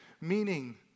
meaning